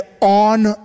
on